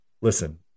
Listen